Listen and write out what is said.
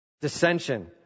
Dissension